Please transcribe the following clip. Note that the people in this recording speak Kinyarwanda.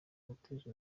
guteza